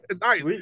Nice